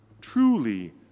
Truly